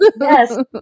yes